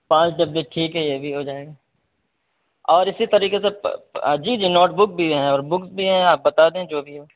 پانچ ڈبے ٹھیک ہے یہ بھی ہوجائے گا اور اسی طریقے سے جی جی نوٹ بک بھی ہیں اور بک بھی ہیں آپ بتا دیں جو بھی ہو